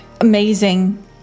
amazing